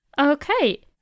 Okay